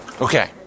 Okay